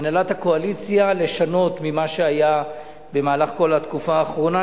הנהלת הקואליציה לשנות ממה שהיה במהלך כל התקופה האחרונה,